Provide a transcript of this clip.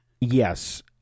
yes